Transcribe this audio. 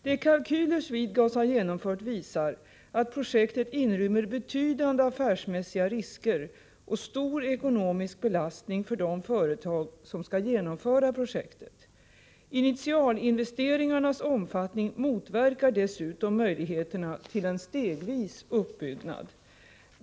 De kalkyler Swedegas har genomfört visar att projektet inrymmer betydande affärsmässiga risker och stor ekonomisk belastning för de företag som skall genomföra projektet. Initialinvesteringarnas omfattning motverkar dessutom möjligheterna till en stegvis uppbyggnad.